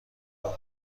بود